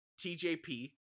TJP